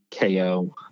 KO